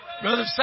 Brother